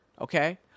Okay